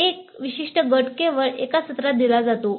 एक विशिष्ट गट केवळ एका सत्रात दिला जातो